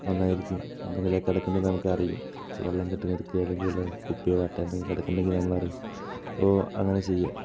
നന്നായിരിക്കും എന്തെങ്കിലുമൊക്കെ കിടക്കുന്നുണ്ടെങ്കിൽ നമ്മൾക്കറിയും കുറച്ചു വെള്ളം കെട്ടി നിൽക്കുകയോ അല്ലെങ്കിൽ കുപ്പിയോ പാട്ടയോ എന്തെങ്കിലും കിടക്കുന്നുണ്ടെങ്കിൽ നമ്മൾ അറിയും അപ്പോൾ അങ്ങനെ ചെയ്യുക